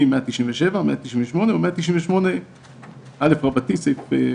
המשחק הרציני,